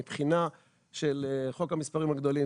מבחינה של חוק המספרים הגדולים,